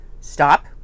stop